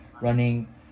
running